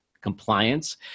compliance